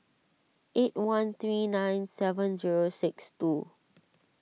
eight one three nine seven zero six two